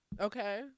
okay